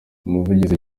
umuvugizi